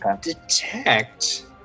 detect